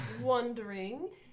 Wondering